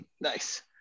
Nice